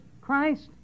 christ